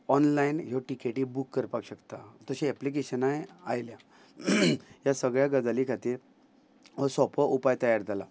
online ह्यो टिकेटी book करपाक शकता तशी एप्लिकेशनाय आयल्या ह्या सगळ्या गजाली खातीर हो सोंपो उपाय तयार जाला